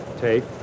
take